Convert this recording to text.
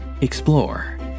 Explore